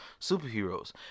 superheroes